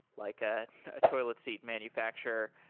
like a ah toilet seat manufacture.